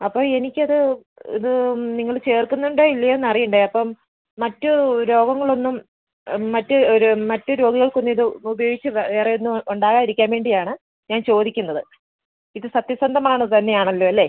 അപ്പോൾ എനിക്കത് ഇത് നിങ്ങൾ ചേർക്കുന്നണ്ടോ ഇല്ലയോ എന്ന് അറിയണ്ടേ അപ്പം മറ്റ് രോഗങ്ങൾ ഒന്നും മറ്റ് ഒരു മറ്റ് രോഗികൾക്ക് ഒന്നും ഇത് ഉപയോഗിച്ച് വേറെ ഒന്നും ഉണ്ടാകാതിരിക്കാൻ വേണ്ടി ആണ് ഞാൻ ചോദിക്കുന്നത് ഇത് സത്യസന്ധമാണ് തന്നെ ആണല്ലോ അല്ലേ